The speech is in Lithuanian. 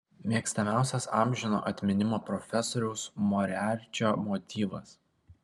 mėgstamiausias amžino atminimo profesoriaus moriarčio motyvas